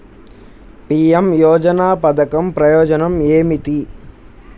PM యోజన పధకం ప్రయోజనం ఏమితి?